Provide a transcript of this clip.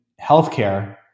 healthcare